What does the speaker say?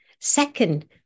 Second